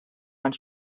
and